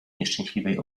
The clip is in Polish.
nieszczęśliwej